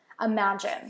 Imagine